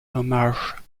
hommage